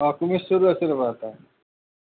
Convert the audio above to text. অঁ আছে কিবা এটা